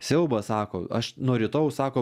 siaubas sako aš nuo rytojaus sako